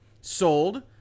sold